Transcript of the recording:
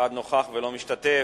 אחד נוכח ולא משתתף.